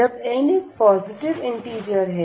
जब n एक positive integer है